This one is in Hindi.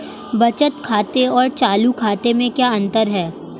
बचत खाते और चालू खाते में क्या अंतर है?